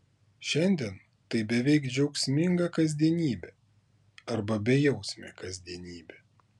šiandien tai beveik džiaugsminga kasdienybė arba bejausmė kasdienybė